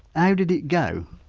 how did it go?